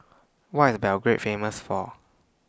Why IS Belgrade Famous For